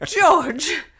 George